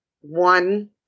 one